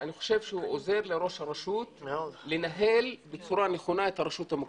אני חושב שהוא עוזר לראש הרשות לנהל בצורה נכונה את הרשות המקומית.